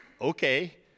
Okay